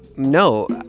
no,